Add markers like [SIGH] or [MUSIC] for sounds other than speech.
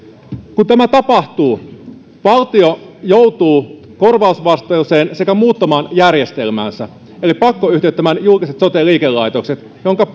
kun tämä tapahtuu valtio joutuu korvausvastuuseen sekä muuttamaan järjestelmäänsä eli pakkoyhtiöittämään julkiset sote liikelaitokset minkä [UNINTELLIGIBLE]